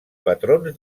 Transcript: patrons